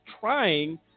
trying